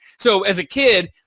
so, as a kid,